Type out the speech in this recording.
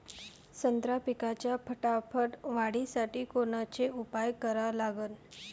संत्रा पिकाच्या फटाफट वाढीसाठी कोनचे उपाव करा लागन?